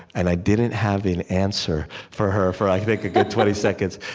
and i didn't have an answer for her for i think a good twenty seconds.